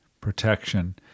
Protection